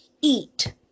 eat